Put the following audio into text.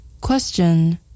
Question